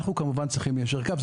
אנחנו כמובן צריכים ליישר קו.